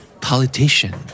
Politician